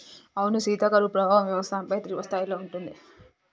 అవునా సీత కరువు ప్రభావం వ్యవసాయంపై తీవ్రస్థాయిలో ఉంటుంది